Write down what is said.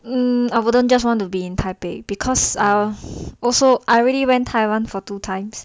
um I wouldn't just want to be in taipei because err also I already went taiwan for two times